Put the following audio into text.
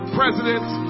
presidents